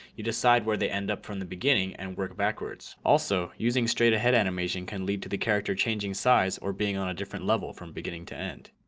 you decide where they end up from the beginning and work backwards. also using straight ahead animation can lead to the character changing size or being on a different level from beginning to end.